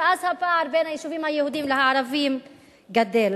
ואז הפער בין היישובים היהודיים לערביים גדל.